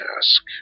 ask